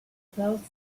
closed